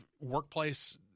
workplace